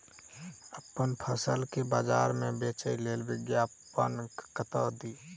अप्पन फसल केँ बजार मे बेच लेल विज्ञापन कतह दी?